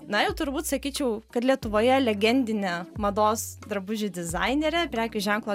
na jau turbūt sakyčiau kad lietuvoje legendinė mados drabužių dizainerė prekių ženklo